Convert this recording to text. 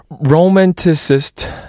romanticist